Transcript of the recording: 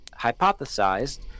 hypothesized